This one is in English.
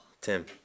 Tim